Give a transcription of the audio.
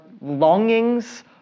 longings